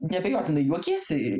neabejotinai juokiesi